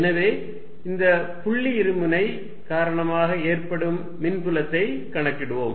எனவே இந்த புள்ளி இருமுனை காரணமாக ஏற்படும் மின்புலத்தை கணக்கிடுவோம்